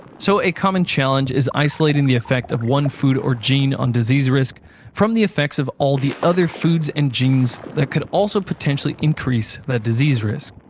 so, a common challenge is isolating the effect of one food or gene on disease risk from the effects of all the other foods and genes that could also potentially increase that disease risk.